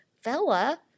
Fella